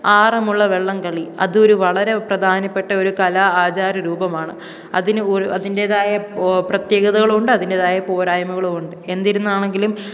ആറന്മുള വള്ളംകളി അതൊരു വളരെ പ്രധാനപ്പെട്ട ഒരു കലാ ആചാര രൂപമാണ് അതിന് ഒരു അതിൻ്റെതായ ഓ പ്രതേകതകളുണ്ട് അതിൻ്റെതായ പോരായ്മകളുണ്ട് എന്തിരുന്നാണെങ്കിലും